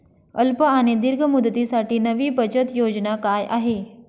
अल्प आणि दीर्घ मुदतीसाठी नवी बचत योजना काय आहे?